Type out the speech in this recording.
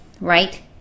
right